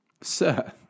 Sir